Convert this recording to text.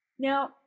Now